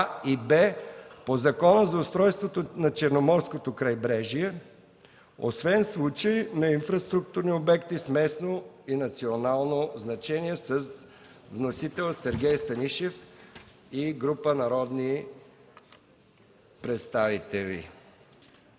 и „Б” по Закона за устройството на Черноморското крайбрежие, освен за случаи на инфраструктурни обекти с местно и национално значение. Вносители са Сергей Станишев и група народни представители.